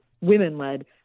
women-led